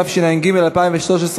התשע"ג 2013,